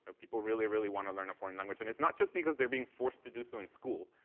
but people really, really want to learn a foreign language, and it's not just because they're being forced to do so in school.